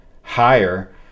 higher